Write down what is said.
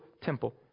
temple